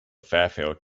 fairfield